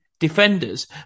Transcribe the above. Defenders